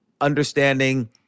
understanding